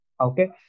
Okay